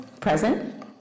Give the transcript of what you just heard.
present